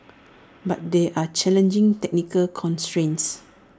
but there are challenging technical constrains